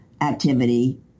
activity